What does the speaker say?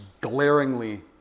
glaringly